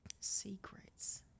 Secrets